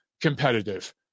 competitive